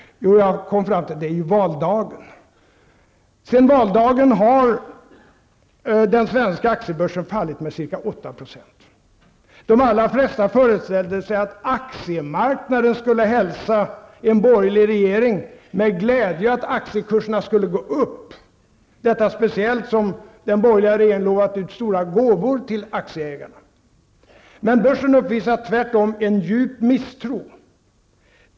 Jo, jag kom fram till att det är valdagar. Sedan valdagen har den svenska aktiebörsen fallit med ca 8 %. De allra flesta föreställde sig väl att aktiemarknaden skulle hälsa en borgerlig regering med glädje och att aktiekurserna skulle gå upp -- detta speciellt som den borgerliga regeringen lovat ut stora gåvor till aktieägarna. Men börsen uppvisar tvärtom en djup misstro.